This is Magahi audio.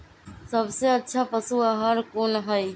सबसे अच्छा पशु आहार कोन हई?